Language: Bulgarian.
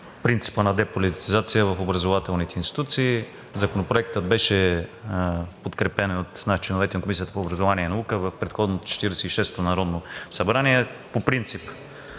принципа на деполитизация в образователните институции. Законопроектът беше подкрепен и от членовете на Комисията по образованието и науката в предходното Четиридесет и шесто народно събрание по принцип.